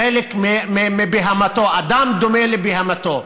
חלק מבהמתו אדם דומה לבהמתו.